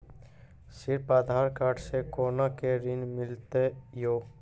सिर्फ आधार कार्ड से कोना के ऋण मिलते यो?